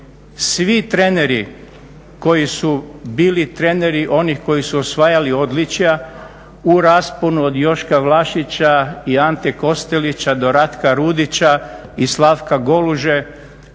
Svi treneri koji su bili treneri onih koji su osvajali odličja u rasponu od Joška Vlašića i Ante Kostelića do Ratka Rudića i Slavka Goluže